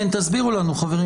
תסבירו לנו, חברים.